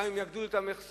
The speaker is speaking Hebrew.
וגם אם יגדילו את המכסות,